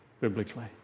biblically